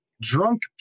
drunk